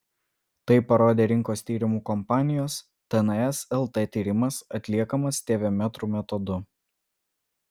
tai parodė rinkos tyrimų kompanijos tns lt tyrimas atliekamas tv metrų metodu